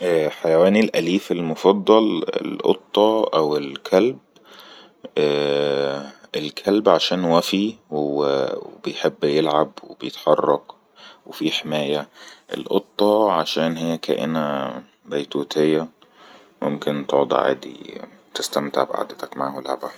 حيواني الأليف المفضل الأطة أو الكلب-الكلب عشان وفي وبيحب يلعب وبيتحرك وفي حماية الأطة عشان هي كائنة بيتوتية ممكن تعد عادي تستمتع بأعدتك معاها ولعبها